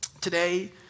today